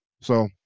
So-